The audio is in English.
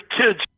kids